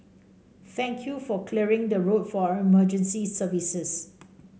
thank you for clearing the road for our emergency services